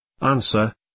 Answer